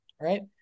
right